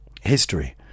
history